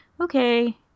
okay